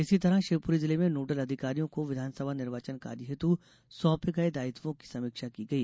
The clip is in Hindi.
इसी तरह शिवपूरी जिले में नोडल अधिकारियों को विधानसभा निर्वाचन कार्य हेतु सौंपे गए दायित्वों की समीक्षा की गई